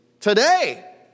Today